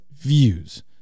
views